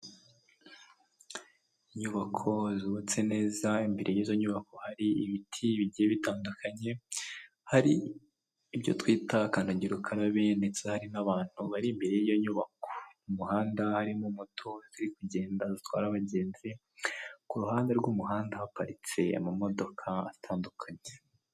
Inyubako zubatse neza imbere y'izo nyubako hari ibiti bigiye bitandukanye, hari ibyo twita kandagirukarabe ndetse hari n'abantu bari imbere y'iyo nyubako, m'umuhanda harimo moto ziri kugenda zitwara abagenzi, k'uruhande rw'umuhanda haparitse amamodoka atandukanye.